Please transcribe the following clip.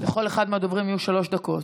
לכל אחד מהדוברים יהיו שלוש דקות.